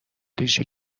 ریشه